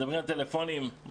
מדברים על 200 טלפונים שיגיעו.